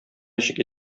ничек